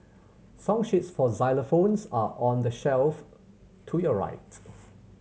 song sheets for xylophones are on the shelf to your right